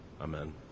amen